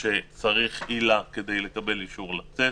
צריך עילה כדי לקבל אישור לצאת